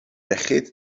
iechyd